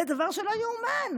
זה דבר שלא ייאמן.